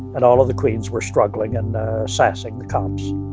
and all of the queens were struggling and sassing the cops.